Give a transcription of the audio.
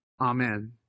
Amen